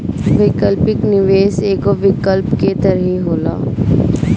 वैकल्पिक निवेश एगो विकल्प के तरही होला